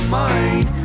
mind